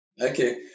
Okay